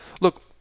Look